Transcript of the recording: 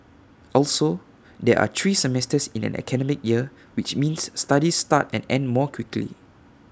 also there are three semesters in an academic year which means studies start and end more quickly